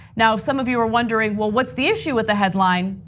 now, if some of you are wondering, well, what's the issue with the headline?